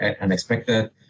unexpected